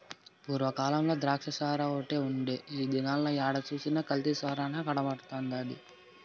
పూర్వ కాలంల ద్రాచ్చసారాఓటే ఉండే ఈ దినాల ఏడ సూసినా కల్తీ సారనే కనబడతండాది